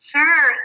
Sure